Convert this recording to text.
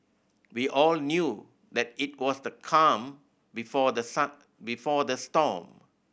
we all knew that it was the calm before the before the storm